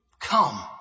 Come